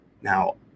Now